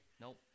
Nope